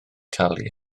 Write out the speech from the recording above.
talu